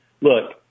look